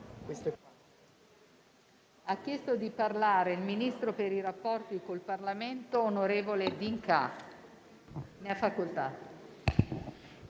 Ha chiesto di intervenire il ministro per i rapporti con il Parlamento, onorevole D'Incà. Ne ha facoltà.